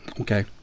Okay